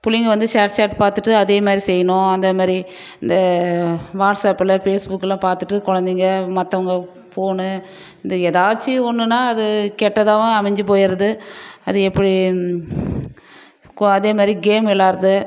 பிள்ளைங்க வந்து share chat பார்த்துட்டு அதே மாதிரி செய்யணும் அந்த மாதிரி இந்த வாட்ஸப்பில் ஃபேஸ்புக்லலாம் பார்த்துட்டு குழந்தைங்க மற்றவங்க ஃபோனு இந்த ஏதாச்சி ஒன்றுன்னா அது கெட்டதாகவும் அமைஞ்சு போயிருது அது எப்ப கொ அதே மாதிரி கேம் விளாட்டுறது